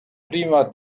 prima